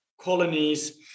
colonies